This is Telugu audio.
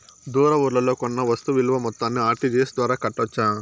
దూర ఊర్లలో కొన్న వస్తు విలువ మొత్తాన్ని ఆర్.టి.జి.ఎస్ ద్వారా కట్టొచ్చా?